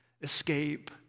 escape